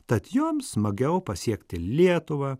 tad joms smagiau pasiekti lietuvą